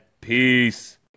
Peace